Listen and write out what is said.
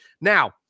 Now